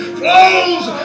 flows